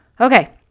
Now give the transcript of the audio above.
Okay